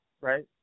right